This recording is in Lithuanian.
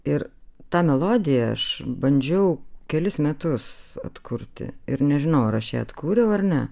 ir tą melodiją aš bandžiau kelis metus atkurti ir nežinau ar aš ją atkūriau ar ne